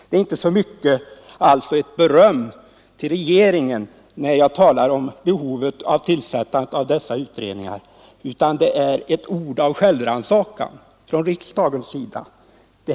När jag talade om behovet av dessa utredningar var det alltså inte så mycket ett beröm till regeringen som ett ord av självrannsakan av en riksdagsman.